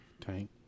Tank